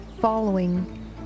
following